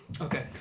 Okay